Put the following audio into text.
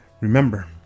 Remember